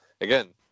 Again